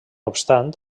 obstant